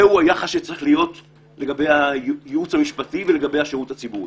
זהו היחס שצריך להיות לגבי הייעוץ המשפטי ולגבי השירות הציבורי.